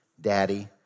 Daddy